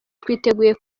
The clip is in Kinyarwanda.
twiteguye